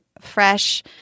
fresh